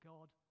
God